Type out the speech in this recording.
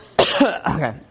Okay